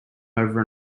over